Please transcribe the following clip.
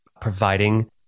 providing